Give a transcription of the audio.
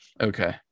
Okay